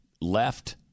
left